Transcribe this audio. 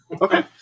Okay